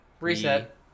Reset